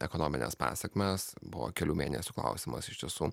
ekonomines pasekmes buvo kelių mėnesių klausimas iš tiesų